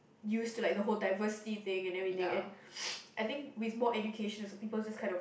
used to like the whole diversity thing and everything and I think with more education also people just kind of